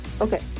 Okay